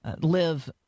live